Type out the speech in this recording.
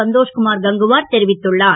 சந்தோ குமார் கங்குவார் தெரிவித்துள்ளார்